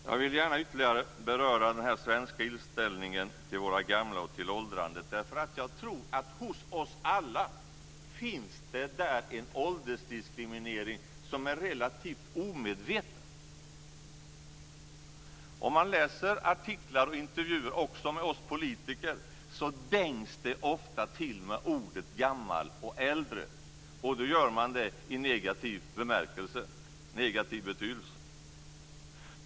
Jag vill gärna ytterligare beröra den svenska inställningen till våra gamla och åldrandet. Jag tror att det hos oss alla finns en åldersdiskriminering som är relativt omedveten. Om man läser artiklar och intervjuer av och med oss politiker så dängs det ofta till med ordet gammal och äldre, ofta med negativ betydelse.